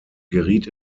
geriet